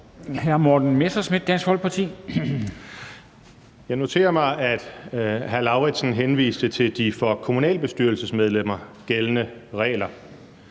Jeg noterer mig, at hr. Karsten Lauritzen henviste til de for kommunalbestyrelsesmedlemmer gældende regler.